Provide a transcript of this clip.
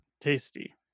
Tasty